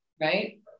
Right